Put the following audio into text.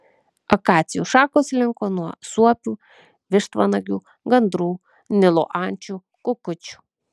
akacijų šakos linko nuo suopių vištvanagių gandrų nilo ančių kukučių